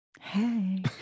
hey